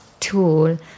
tool